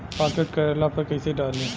Pocket करेला पर कैसे डाली?